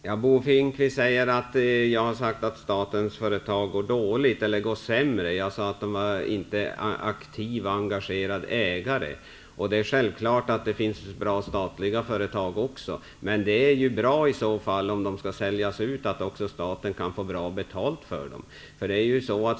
Herr talman! Bo Finnkvist säger att jag har sagt att statens företag går sämre än de privata. Jag sade att staten inte är någon aktiv och engagerad ägare. Det är självklart att det finns bra statliga företag också, men det är ju fördelaktigt om de skall säljas ut att staten kan få bra betalt för dem.